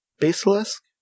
basilisk